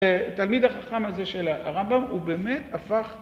תלמיד החכם הזה של הרמב״ם הוא באמת הפך